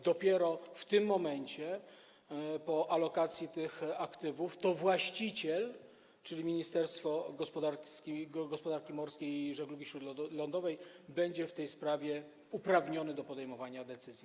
Dopiero w tym momencie, po alokacji tych aktywów, właściciel, czyli Ministerstwo Gospodarki Morskiej i Żeglugi Śródlądowej, będzie w tej sprawie uprawniony do podejmowania decyzji.